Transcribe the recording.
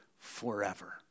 forever